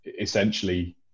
essentially